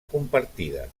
compartida